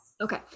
Okay